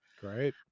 Great